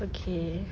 okay